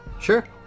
Sure